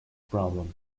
problem